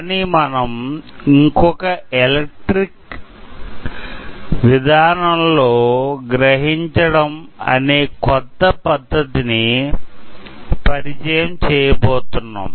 కానీ మనం ఇంకొక ఎలక్ట్రికల్ విధానంలో గ్రహించడం అనే కొత్త పద్ధతిని పరిచయం చేయబోతున్నాం